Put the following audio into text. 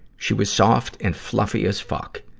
she was soft and fluffy as fuck.